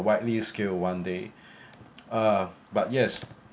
widely skill one day uh but yes